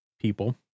people